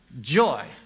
joy